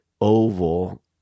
oval